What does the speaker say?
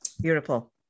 Beautiful